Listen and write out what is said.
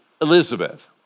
Elizabeth